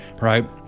right